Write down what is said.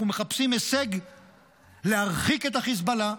אנחנו מחפשים הישג להרחיק את החיזבאללה,